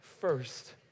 first